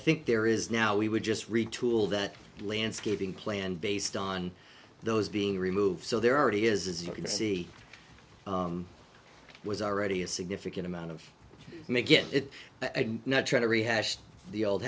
think there is now we would just retool that landscaping plan based on those being removed so they're already is as you can see it was already a significant amount of may get it and not try to rehash the old